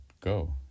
go